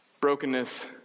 Brokenness